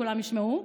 שכולם ישמעו,